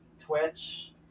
Twitch